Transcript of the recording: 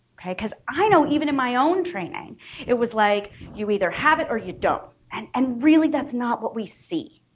because i know even in my own training it was like you either have it or you don't and and really that's not what we see.